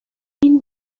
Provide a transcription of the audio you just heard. این